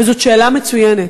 וזו שאלה מצוינת,